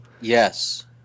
Yes